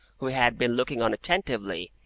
who had been looking on attentively,